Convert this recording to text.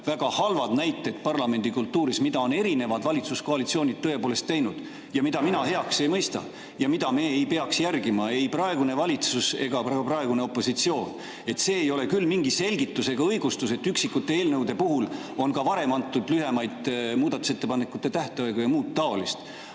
väga halvad näited parlamendikultuuris, mida on erinevad valitsuskoalitsioonid tõepoolest teinud ja mida mina heaks ei kiida ja mida me ei peaks järgima, ei praegune valitsus ega praegune opositsioon –, ei ole küll mingi selgitus ega õigustus. Üksikute eelnõude puhul on ka varem antud lühemaid muudatusettepanekute tähtaegu ja muud taolist.